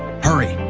hurry,